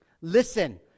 Listen